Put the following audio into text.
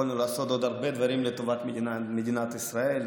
יכולנו לעשות עוד הרבה דברים לטובת מדינת ישראל,